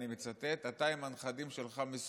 אני מצטט: אתה עם הנכדים שלך מסודר,